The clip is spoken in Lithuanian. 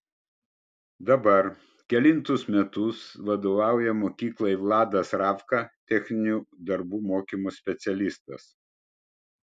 dabar kelintus metus vadovauja mokyklai vladas ravka techninių darbų mokymo specialistas